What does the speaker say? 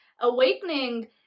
awakening